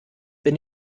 bin